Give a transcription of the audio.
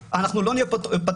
אנחנו לא נהיה פה פטרנליסטים.